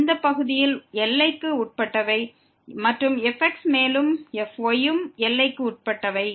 அந்த பகுதியில் fx x y எல்லைக்குட்பட்டது மற்றும் fx மேலும் fy ம் எல்லைக்கு உட்பட்டவை